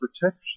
protection